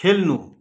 खेल्नु